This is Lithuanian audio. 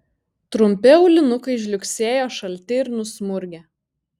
trumpi aulinukai žliugsėjo šalti ir nusmurgę